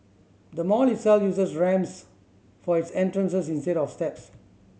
the mall itself uses ramps for its entrances instead of steps